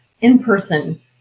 in-person